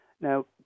Now